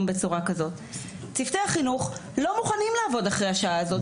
בצורה כזאת צוותי החינוך לא מוכנים לעבוד אחרי השעה הזאת.